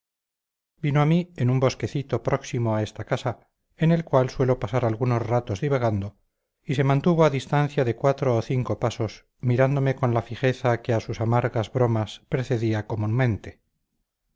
vino a mí en un bosquecito próximo a esta casa en el cual suelo pasar algunos ratos divagando y se mantuvo a distancia de cuatro o cinco pasos mirándome con la fijeza que a sus amargas bromas precedía comúnmente